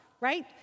right